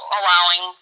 allowing